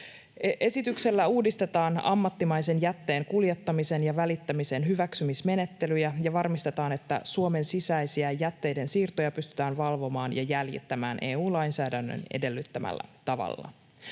Esityksellä uudistetaan ammattimaisen jätteenkuljettamisen ja -välittämisen hyväksymismenettelyjä ja varmistetaan, että Suomen sisäisiä jätteiden siirtoja pystytään valvomaan ja jäljittämään EU-lainsäädännön edellyttämällä tavalla.